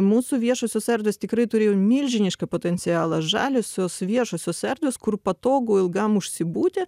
mūsų viešosios erdvės tikrai turėjo milžinišką potencialą žaliosios viešosios erdvės kur patogu ilgam užsibūti